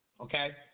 okay